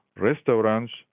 Restaurants